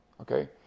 Okay